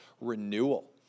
renewal